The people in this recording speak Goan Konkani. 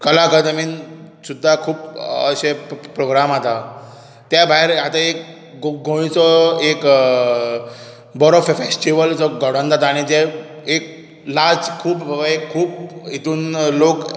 कला अकादमींत सुद्दां खूब अशे प्रोग्राम जातात त्या भायर आता एक गोंयचो एक बरोसो फॅस्टीवल जो घडोवन येता जे एक लार्ज खूब एक खूब हितूंत लोक एकठांय येता